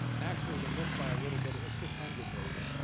actually, they missed by a little bit. it was six hundred million.